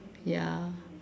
ya